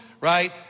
Right